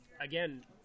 Again